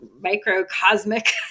microcosmic